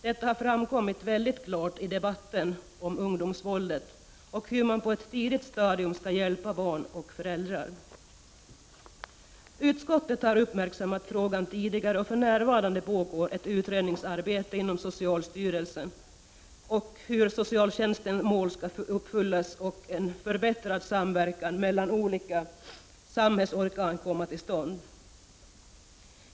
Detta har framkommit väldigt klart i debatten om ungdomsvåldet och om hur man på ett tidigt stadium skall hjälpa barn och föräldrar. Utskottet har uppmärksammat frågan tidigare, och för närvarande pågår ett utredningsarbete inom socialstyrelsen om hur socialtjänstens mål skall uppfyllas och en förbättrad samverkan mellan olika samhällsorgan komma till stånd.